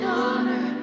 honor